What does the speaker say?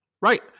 Right